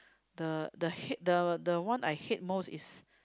the the hate the the one I hate most is